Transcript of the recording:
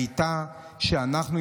הייתה שאנחנו,